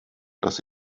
dass